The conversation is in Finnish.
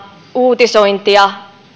uutisointia